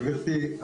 גברתי,